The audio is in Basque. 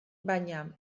baina